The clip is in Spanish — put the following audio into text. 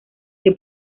que